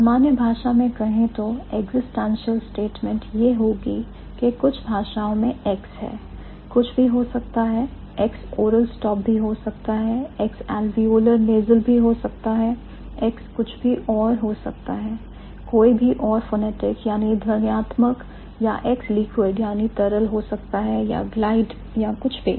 सामान्य भाषा में कहे तो existential statement यह होगी के कुछ भाषाओं में X है कुछ भी हो सकता है X oral stop भी हो सकता है X alveolar nasal भी हो सकता है X कुछ भी और हो सकता है कोई भी और phonetic ध्वन्यात्मक या X liquid तरल हो सकता है या glide या कुछ भी